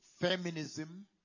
feminism